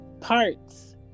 parts